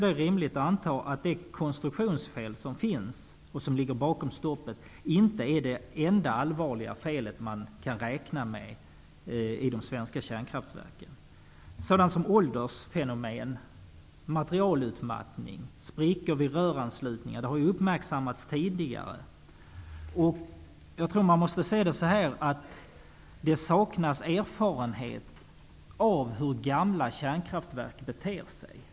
Det är rimligt att anta att de konstruktionsfel som finns och som ligger bakom stoppet inte är det enda allvarliga fel som man kan räkna med i de svenska kärnkraftverken. Sådant som åldersfenomen, materialutmattning och sprickor vid röranslutningar har uppmärksammats tidigare. Det saknas erfarenhet av hur gamla kärnkraftverk beter sig.